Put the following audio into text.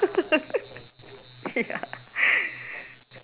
ya